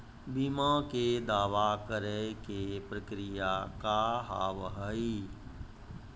बीमा के दावा करे के प्रक्रिया का हाव हई?